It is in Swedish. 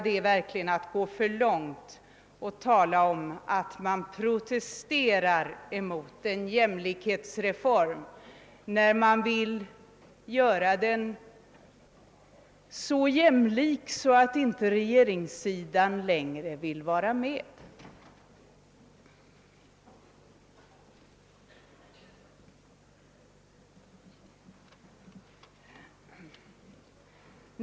Det är verkligen att karikera att påstå att vi protesterade mot jäm likhetsreformen när vi i själva verket ville gå så långt i jämlikhet att regeringssidan inte längre ville vara med.